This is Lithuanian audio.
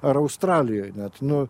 ar australijoj net nu